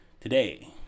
today